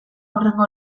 hurrengo